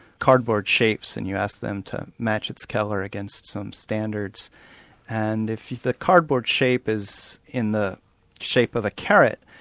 cardboard shapes, and you ask them to match its colour against some standards and if the cardboard shape is in the shape of a carrot,